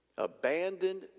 abandoned